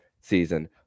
season